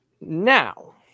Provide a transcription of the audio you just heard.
Now